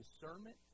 discernment